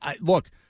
look